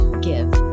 give